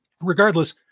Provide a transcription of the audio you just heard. regardless